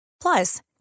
Plus